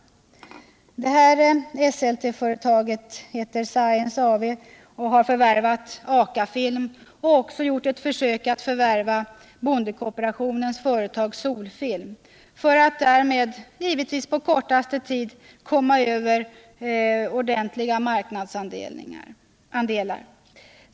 Ifrågavarande Esselteföretag — Science AV — har förvärvat AKA-film och även gjort försök att förvärva bondekooperationens företag SOL-film för att därmed, givetvis på kortaste tid, komma över ordentliga marknadsandelar.